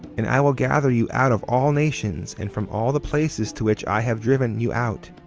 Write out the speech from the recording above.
and i will gather you out of all nations, and from all the places to which i have driven you out,